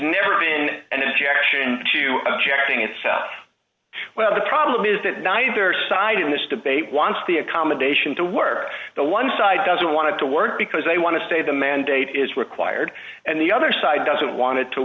never been an objection to objecting it's out well the problem is that neither side in this debate wants the accommodation to work the one side doesn't want to work because they want to stay the mandate is required and the other side doesn't want it to